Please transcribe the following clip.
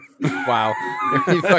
wow